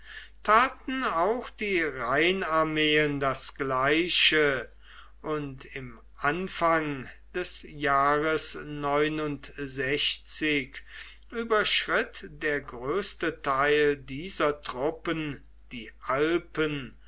taten auch die rheinarmeen das gleiche und im anfang des jahres überschritt der größte teil dieser truppen die alpen